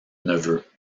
neveu